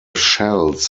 shells